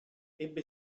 ebbe